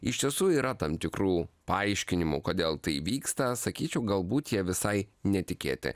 iš tiesų yra tam tikrų paaiškinimų kodėl tai vyksta sakyčiau galbūt jie visai netikėti